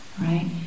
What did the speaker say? Right